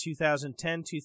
2010